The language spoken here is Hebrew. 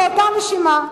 באותה נשימה,